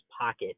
pocket